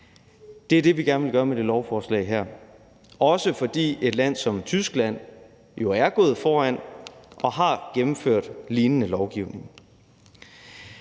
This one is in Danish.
Det er det, vi gerne vil gøre med det lovforslag her, også fordi et land som Tyskland jo er gået foran og har gennemført lignende lovgivning.